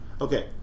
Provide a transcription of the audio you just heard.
Okay